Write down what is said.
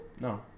No